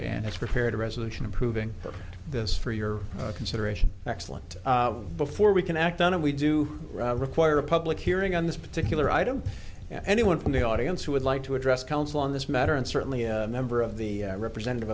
and it's prepared a resolution approving this for your consideration excellent before we can act on and we do require a public hearing on this particular item and anyone from the audience who would like to address counsel on this matter and certainly a member of the representative